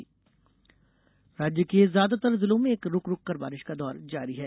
मौसम राज्य के ज्यादातर जिलों में रुक रुककर बारिश का दौर जारी है